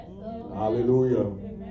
Hallelujah